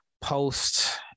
post